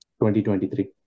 2023